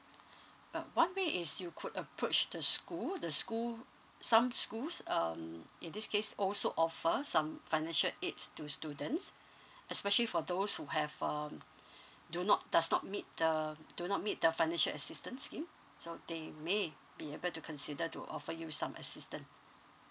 uh one way is you could approach the school the school some schools um in this case also offer some financial aids to students especially for those who have um do not does not meet the do not meet the financial assistance scheme so they may be able to consider to offer you some assistance